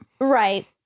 Right